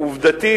עובדתית,